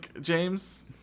James